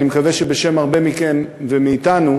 ואני מקווה שבשם הרבה מכם ומאתנו,